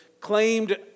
claimed